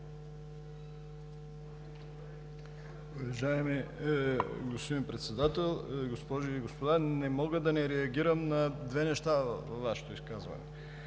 Уважаеми господин Председател, госпожи и господа! Не мога да не реагирам на две неща във Вашето изказване.